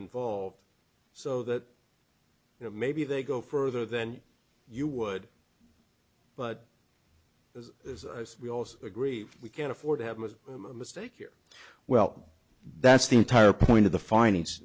involved so that you know maybe they go further than you would but as we also agree we can't afford to have a mistake here well that's the entire point of the fin